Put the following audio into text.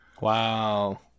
Wow